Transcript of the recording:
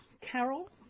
Carol